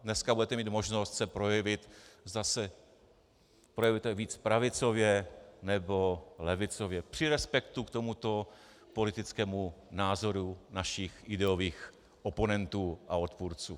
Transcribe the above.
Dneska budete mít možnost se projevit pravicově nebo levicově při respektu k tomuto politickému názoru našich ideových oponentů a odpůrců.